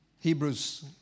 Hebrews